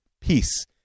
peace